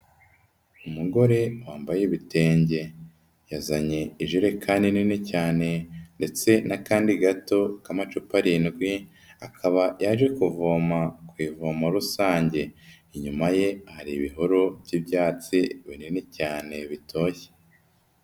Umugore wambaye ibitenge, yazanye ijerekani nini cyane ndetse n'akandi gato k'amacupa arindwi, akaba yaje kuvoma ku ivomo rusange, inyuma ye hari ibihuru by'ibyatsi, binini cyane, bitoshye.